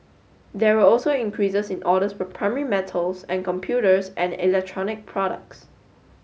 there were also increases in orders for primary metals and computers and electronic products